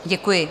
Děkuji.